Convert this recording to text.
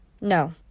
No